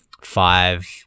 five